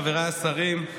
חבריי השרים,